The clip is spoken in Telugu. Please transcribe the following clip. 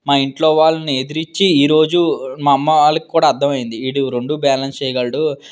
మా ఇంట్లో వాళ్ళని ఎదిరించి ఈరోజు మా అమ్మ వాళ్ళకు కూడా అర్థం అయింది వీడు రెండు బ్యాలెన్స్ చేయగలడు